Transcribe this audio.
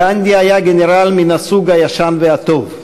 גנדי היה גנרל מן הסוג הישן והטוב.